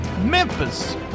Memphis